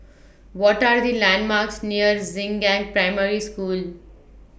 What Are The landmarks near Xingnan Primary School